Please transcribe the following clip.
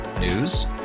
News